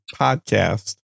podcast